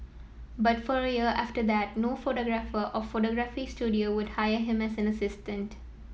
but for a year after that no photographer or photography studio would hire him as an assistant